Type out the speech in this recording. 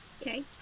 Okay